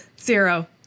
Zero